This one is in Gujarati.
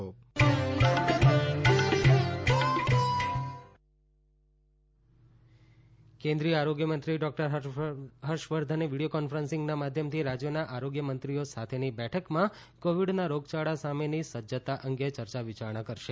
ન્યૂ કોરોના ટ્યૂન હર્ષવર્ધન કોવિડ કેન્દ્રીય આરોગ્ય મંત્રી ડોકટર હર્ષવર્ધને વીડિયો કોન્ફરન્સીંગના માધ્યમથી રાજ્યોના આરોગ્યમંત્રીઓ સાથેની બેઠકમાં કોવિડના રોગયાળા સામેની સજ્જતા અંગે ચર્ચા વિચારણા કરશે